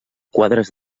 quadres